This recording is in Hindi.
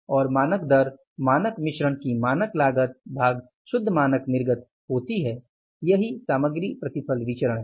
और मानक दर मानक मिश्रण की मानक लागत भाग शुद्ध मानक निर्गत होती है यह सामग्री प्रतिफल विचरण है